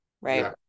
right